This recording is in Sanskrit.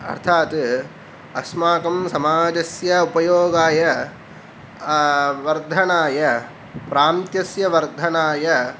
अर्थात् अस्माकं समाजस्य उपयोगाय वर्धनाय प्रान्त्यस्य वर्धनाय